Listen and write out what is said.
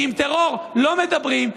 כי עם טרור לא מדברים.